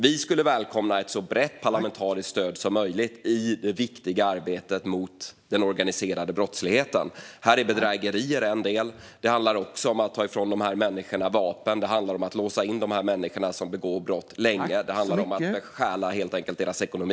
Vi skulle välkomna ett så brett parlamentariskt stöd som möjligt i det viktiga arbetet mot den organiserade brottsligheten. Här är bedrägerier en del. Det handlar också om att ta ifrån dessa människor deras vapen och låsa in dem som begår brott - länge. Det handlar helt enkelt om att beskära deras ekonomi.